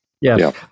Yes